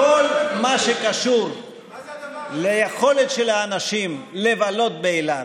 בכל מה שקשור ליכולת של האנשים לבלות באילת,